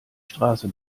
straße